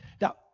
now